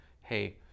Hey